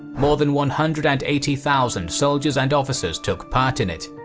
more than one hundred and eighty thousand soldiers and officers took part in it.